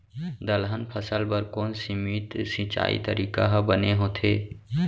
दलहन फसल बर कोन सीमित सिंचाई तरीका ह बने होथे?